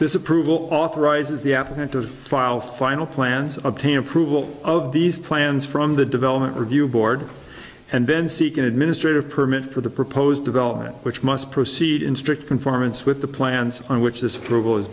this approval authorizes the applicant to file final plans obtain approval of these plans from the development review board and then seek an administrative permit for the proposed development which must proceed in strict conformance with the plans on which this